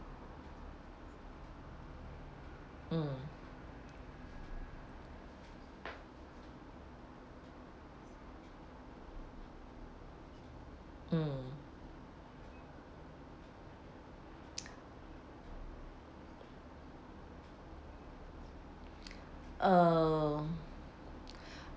mm mm uh